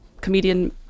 Comedian